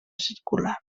circular